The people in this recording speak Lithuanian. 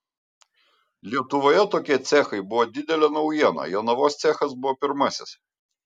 lietuvoje tokie cechai buvo didelė naujiena jonavos cechas buvo pirmasis